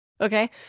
okay